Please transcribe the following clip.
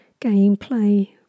gameplay